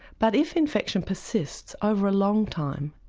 but if infection persists over a long time,